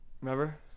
Remember